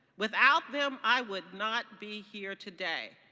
without them i would not be here today.